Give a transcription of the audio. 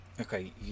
Okay